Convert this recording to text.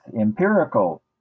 empirical